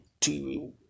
TV